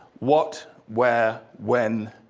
what, where, when,